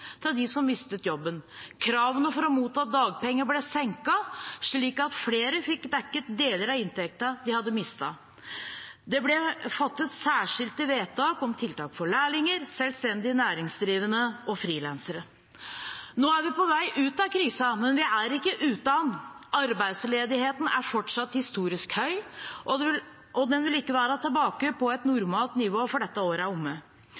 til dem som mistet jobben. Kravene for å motta dagpenger ble senket, sånn at flere fikk dekket deler av inntekten de hadde mistet. Det ble fattet særskilte vedtak om tiltak for lærlinger, selvstendig næringsdrivende og frilansere. Nå er vi på vei ut av krisen, men vi er ikke ute av den. Arbeidsledigheten er fortsatt historisk høy, og den vil ikke være tilbake på et normalt nivå før dette året er omme.